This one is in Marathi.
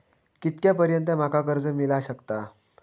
कितक्या पर्यंत माका कर्ज मिला शकता?